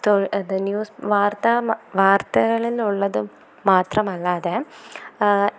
news വാർത്താ വാർത്തകളിലുള്ളതും മാത്രമല്ലാതെ